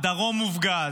הדרום מופגז,